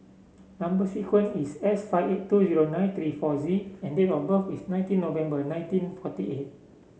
number sequence is S five eight two zero nine three four Z and date of birth is nineteen November nineteen forty eight